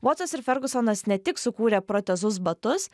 vatsas ir fergusonas ne tik sukūrė protezus batus